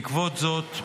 בעקבות זאת,